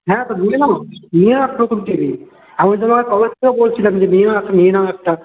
হ্যাঁ তো নিয়ে নাও নিয়ে নাও নতুন টিভি আমি তোমায় কবের থেকে বলছিলাম যে নিয়ে নাও একটা নিয়ে নাও একটা